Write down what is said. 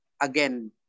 again